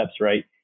right